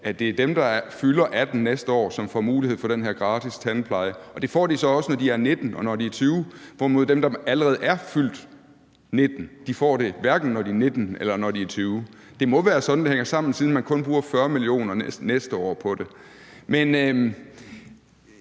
at det er dem, der fylder 18 år næste år, som får mulighed for den her gratis tandpleje, og det får de så også, når de er 19 år, og når de er 20 år, hvorimod dem, der allerede er fyldt 19 år, hverken får det, når de er 19 år, eller når de er 20 år. Det må være sådan, det hænger sammen, siden man kun bruger 40 mio. kr. næste år på det. Men